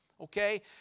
Okay